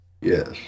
yes